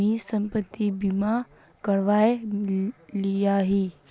मी संपत्ति बीमा करवाए लियाही